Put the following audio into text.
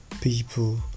people